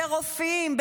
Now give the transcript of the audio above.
ברופאים,